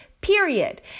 period